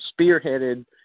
spearheaded